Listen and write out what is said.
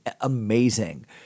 amazing